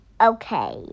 okay